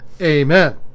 Amen